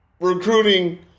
recruiting